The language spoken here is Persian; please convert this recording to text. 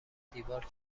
دیوار